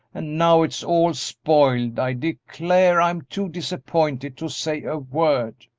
and now it's all spoiled. i declare, i'm too disappointed to say a word!